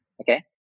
okay